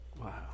Wow